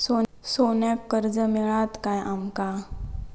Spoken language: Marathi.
सोन्याक कर्ज मिळात काय आमका?